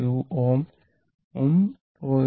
2 Ω ഉം 0